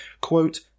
quote